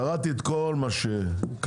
קראתי כל מה שכתבתם,